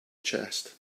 chest